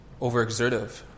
overexertive